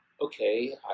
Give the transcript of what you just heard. Okay